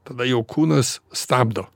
tada jau kūnas stabdo